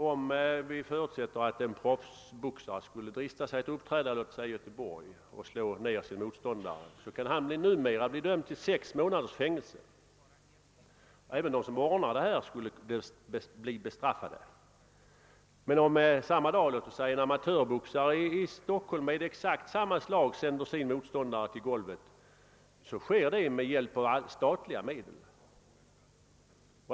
Om vi förutsätter att en proffsboxare skulle drista sig att uppträda i t.ex. Göteborg och där slå ned sin motståndare, kan han numera bli dömd till sex månaders fängelse. Även de som ordnar boxningen skulle bli bestraffade. Därest samma dag en amatörboxare i Stockholm med ett exakt likadant slag sänder sin motståndare i golvet, sker detta med hjälp av statliga medel.